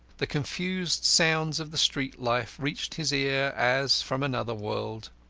the confused sounds of the street life reached his ear as from another world.